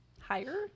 higher